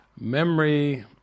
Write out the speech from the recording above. memory